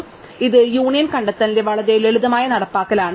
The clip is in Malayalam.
അതിനാൽ ഇത് യൂണിയൻ കണ്ടെത്തലിന്റെ വളരെ ലളിതമായ നടപ്പാക്കലാണ്